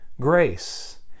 grace